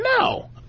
No